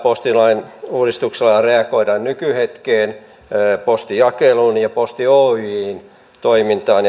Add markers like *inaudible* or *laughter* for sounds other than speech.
postilain uudistuksella reagoidaan nykyhetkeen postinjakeluun ja posti oyjn toimintaan *unintelligible*